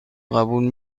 قبول